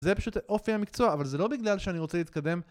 זה פשוט אופי המקצוע אבל זה לא בגלל שאני רוצה להתקדם